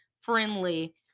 friendly